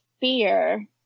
fear